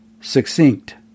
succinct